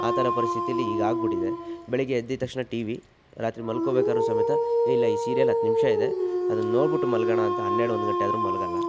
ಆ ಥರ ಪರಿಸ್ಥಿತಿ ಈಗಾಗ್ಬಿಟ್ಟಿದೆ ಬೆಳಗ್ಗೆ ಎದ್ದ ತಕ್ಷಣ ಟಿ ವಿ ರಾತ್ರಿ ಮಲ್ಕೋಬೇಕಾದ್ರೂ ಸಮೇತ ಇಲ್ಲ ಈ ಸೀರಿಯಲ್ ಹತ್ತು ನಿಮಿಷ ಇದೆ ಅದನ್ನು ನೋಡ್ಬಿಟ್ಟು ಮಲಗೋಣ ಅಂತ ಹನ್ನೆರಡು ಒಂದು ಗಂಟೆ ಆದರೂ ಮಲಗೋಲ್ಲ